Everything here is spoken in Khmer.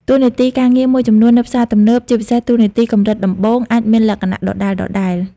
តួនាទីការងារមួយចំនួននៅផ្សារទំនើប ជាពិសេសតួនាទីកម្រិតដំបូង អាចមានលក្ខណៈដដែលៗ។